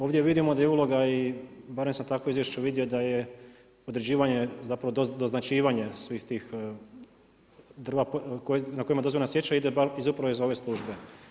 Ovdje vidimo da je uloga i barem sam tako u izvješću vidio da je određivanje, zapravo doznačivanje svih tih drva na kojima je dozvoljena sječa ide upravo iz ove službe.